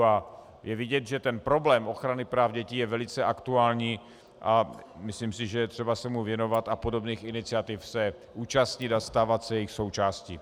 A je vidět, že problém ochrany práv dětí je velice aktuální, a myslím si, že je třeba se mu věnovat a podobných iniciativ se účastnit a stávat se jejich součástí.